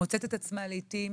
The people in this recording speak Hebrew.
מוצאת עצמה לעיתים